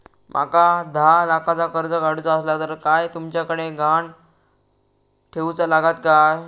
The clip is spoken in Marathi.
माका दहा लाखाचा कर्ज काढूचा असला तर काय तुमच्याकडे ग्हाण ठेवूचा लागात काय?